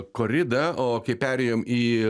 korida o kai perėjom į